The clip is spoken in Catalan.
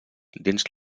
dins